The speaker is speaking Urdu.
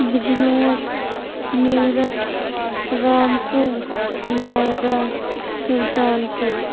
بجنور میرٹھ رامپور نوئیڈا سلطانپور